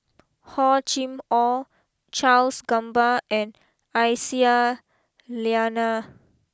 Hor Chim or Charles Gamba and Aisyah Lyana